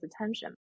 attention